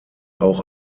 auch